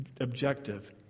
objective